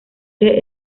que